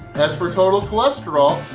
as for total cholesterol,